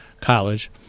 college